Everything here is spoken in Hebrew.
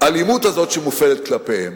לאלימות הזאת שמופעלת כלפיהן.